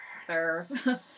Sir